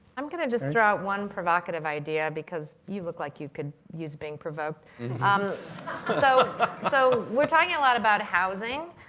i'm going to just throw out one provocative idea, because you look like you could use being provoked. um so so we're talking a lot about housing,